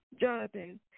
Jonathan